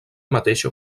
mateixa